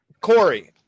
Corey